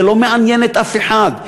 זה לא מעניין את אף אחד.